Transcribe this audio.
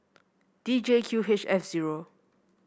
D J Q H F zero